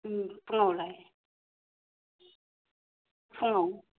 ए फुंआवलाय फुंआव